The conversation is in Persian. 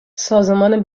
سازمان